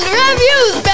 reviews